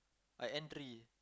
I end three